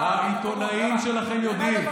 תאמין לי שהעיתונאים שלכם יודעים.